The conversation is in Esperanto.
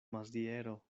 maziero